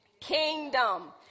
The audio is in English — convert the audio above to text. Kingdom